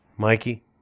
Mikey